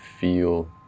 feel